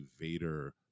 Vader